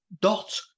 dot